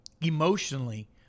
emotionally